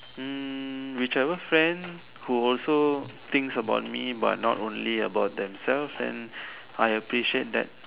hmm whichever friend who also thinks about me but not only about themself and I appreciate that